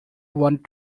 want